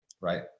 right